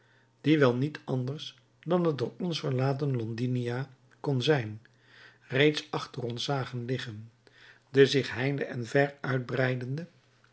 die wel niet anders dan het door ons verlaten londinia kon zijn reeds achter ons zag liggen de zich heinde en ver uitbreidende